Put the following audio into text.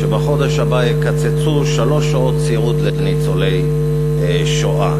שבחודש הבא יקצצו שלוש שעות סיעוד לניצולי שואה.